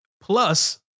Plus